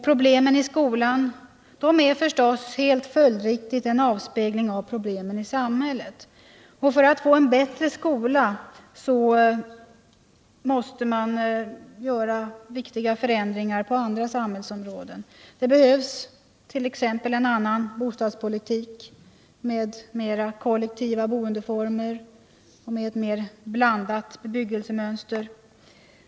Problemen i skolan är helt följdriktigt en avspegling av problemen i samhället. För att få en bättre skola måste man genomföra viktiga förändringar på andra samhällsområden. Det behövs t.ex. en annan bostadspolitik med mera kollektiva boendeformer och med ett mer blandat bebyggelsemönster.